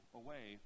away